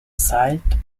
sight